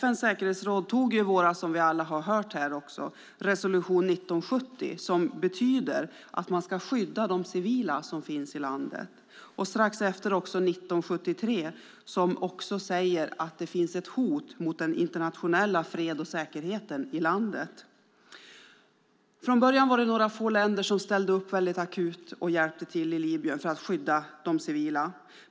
FN:s säkerhetsråd tog i våras, som vi alla har hört här, resolution 1970 som betyder att man ska skydda de civila som finns i landet och strax efter 1973 som säger att det finns ett hot mot den internationella freden och säkerheten i landet. Från början var det några få länder som ställde upp akut och hjälpte till i Libyen för att skydda de civila.